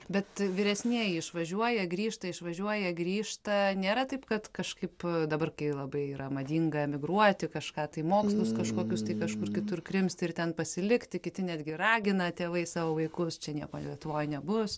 bet vyresnieji išvažiuoja grįžta išvažiuoja grįžta nėra taip kad kažkaip dabar kai labai yra madinga emigruoti kažką tai mokslus kažkokius tai kažkur kitur krimsti ir ten pasilikti kiti netgi ragina tėvai savo vaikus čia nieko lietuvoj nebus